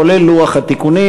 כולל לוח התיקונים.